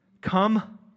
Come